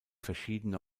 verschiedene